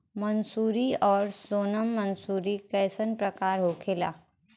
मंसूरी और सोनम मंसूरी कैसन प्रकार होखे ला?